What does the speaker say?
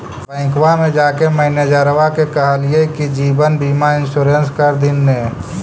बैंकवा मे जाके मैनेजरवा के कहलिऐ कि जिवनबिमा इंश्योरेंस कर दिन ने?